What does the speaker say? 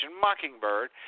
Mockingbird